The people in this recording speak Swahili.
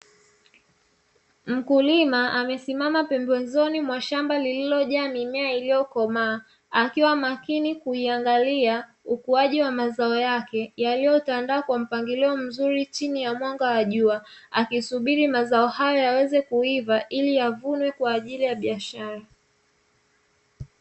Mkulima amesimama pembezoni mwa shamba lililojaa mimea iliyokomaa, akiwa makini kuiangalia ukuaji wa mazao yake yaliyotandaa kwa mpangilio mzuri chini ya mwanga wa jua, akisubiri mazao hayo yaweze kuiva ili yavunwe kwa ajili ya biashara.